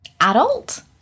adult